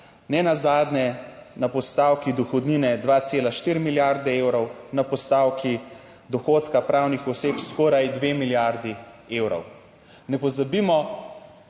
Nenazadnje na postavki dohodnine 2,4 milijarde evrov, na postavki dohodka pravnih oseb skoraj 2 milijardi evrov. Ne pozabimo,